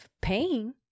pain